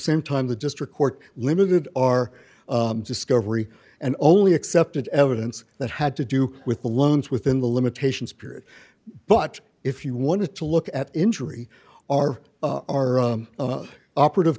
same time the district court limited our discovery and only accepted evidence that had to do with the loans within the limitations period but if you want to look at injury are our operative